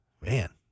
Man